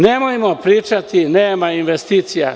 Nemojmo pričati nema investicija.